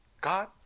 God